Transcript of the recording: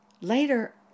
Later